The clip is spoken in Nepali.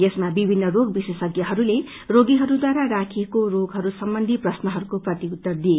यसमा विभिन्न रोग विशेषज्ञहरूले रोगीहरूद्वारा राखिएको रोगहरू सम्वन्धी प्रश्नहरूको प्रतिउत्तर दिए